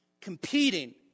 competing